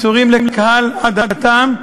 מסורים לקהל עדתם,